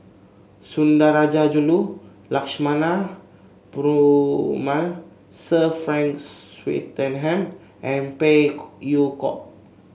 Sundarajulu Lakshmana Perumal Sir Frank Swettenham and Phey Yew Kok